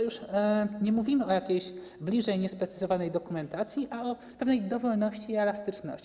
Już nie mówimy o jakiejś bliżej niesprecyzowanej dokumentacji, a o pewnej dowolności, elastyczności.